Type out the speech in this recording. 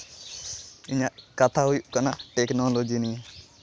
ᱤᱧᱟᱹᱜ ᱠᱟᱛᱷᱟ ᱦᱩᱭᱩᱜ ᱠᱟᱱᱟ ᱴᱮᱠᱱᱚᱞᱚᱡᱤ ᱱᱤᱭᱮ